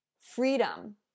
freedom